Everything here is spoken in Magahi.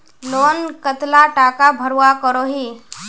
लोन कतला टाका भरवा करोही?